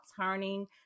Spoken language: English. turning